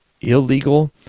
illegal